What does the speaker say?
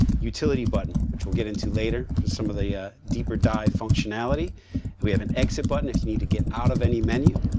utility button, which we'll get into later for some of the deeper dive functionality. and we have an exit button if you need to get out of any menu.